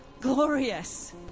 glorious